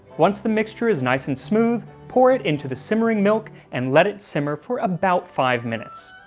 once the mixture is nice, and smooth pour it into the simmering milk and let it simmer for about five minutes.